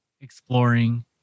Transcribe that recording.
exploring